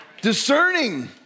discerning